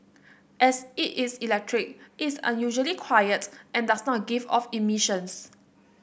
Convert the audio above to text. as it is electric it's unusually quiet and does not give off emissions